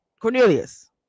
Cornelius